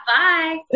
bye